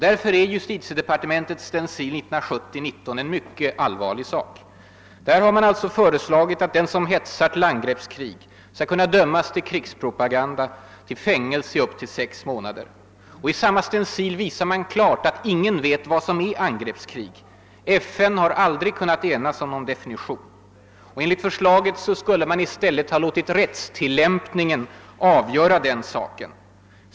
Därför är justitiedepartementets stencil 1970:19 en mycket allvarlig sak. Där har man föreslagit att den som »heisar till angreppskrig« skall kunna dömas för »krigspropaganda» till fängelse i upp till sex månader. I samma stencil visar man klart att ingen vet vad som är »angreppskrig». FN har aldrig kunnat enas om någon definition. Enligt förslaget skulle man i stället ha låtit »rättstillämpningen« avgöra den saken.